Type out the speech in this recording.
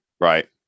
Right